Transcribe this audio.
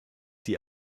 die